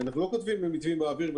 אנחנו לא כותבים מתווים באוויר.